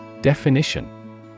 Definition